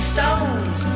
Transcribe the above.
Stones